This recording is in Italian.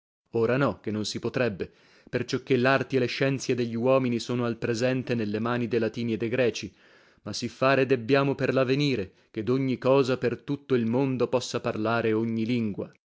ora no che non si potrebbe percioché larti e le scienzie degluomini sono al presente nelle mani de latini e de greci ma sì fare debbiamo per lavenire che dogni cosa per tutto l mondo possa parlare ogni lingua